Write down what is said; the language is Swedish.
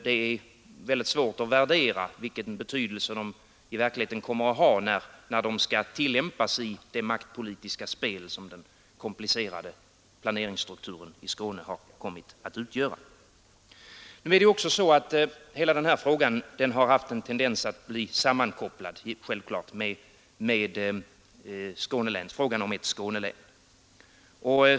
Det är väldigt svårt att värdera vilken betydelse de verkligen kommer att ha, när de skall tillämpas i det maktpolitiska spel som den komplicerade planeringsstrukturen i Skåne kommit att utgöra. Det är också så att hela denna fråga har haft en tendens att bli sammankopplad — det är självklart — med frågan om ett Skånelän.